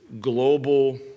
global